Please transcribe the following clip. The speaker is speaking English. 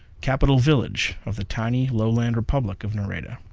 capital village of the tiny lowland republic of nareda,